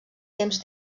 temps